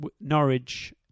Norwich